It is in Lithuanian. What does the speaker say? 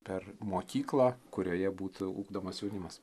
per mokyklą kurioje būtų ugdomas jaunimas